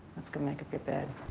let's go make up your bed.